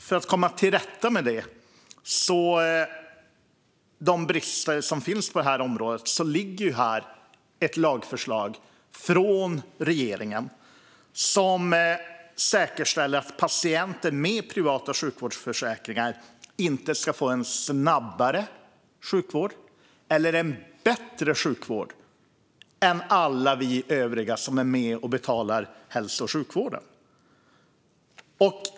För att komma till rätta med de brister som finns på detta område ligger här ett lagförslag som säkerställer att patienter med privata sjukvårdsförsäkringar inte ska få en snabbare sjukvård eller en bättre sjukvård än alla vi övriga som är med och betalar hälso och sjukvården.